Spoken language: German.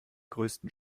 größten